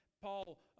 Paul